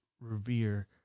revere